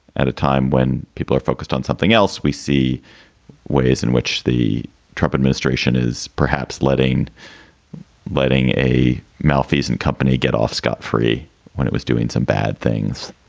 at a time when people are focused on something else, we see ways in which the trump administration is perhaps letting letting a malfeasant company get off scot free when it was doing some bad things.